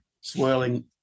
swirling